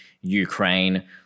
Ukraine